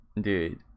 Dude